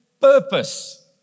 purpose